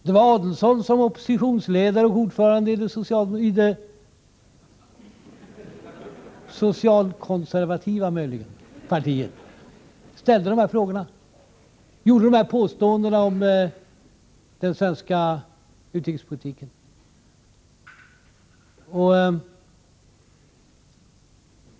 Det var Adelsohn som oppositionsledare och ordförande i det social... — socialkonservativa möjligen — partiet ställde de här frågorna och gjorde de här påståendena om den svenska utrikespolitiken.